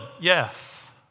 Yes